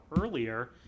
earlier